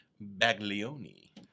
Baglioni